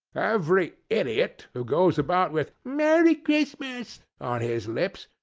every idiot who goes about with merry christmas on his lips,